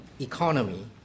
economy